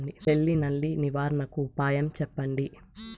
తెల్ల నల్లి నివారణకు ఉపాయం చెప్పండి?